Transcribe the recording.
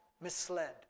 misled